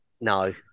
No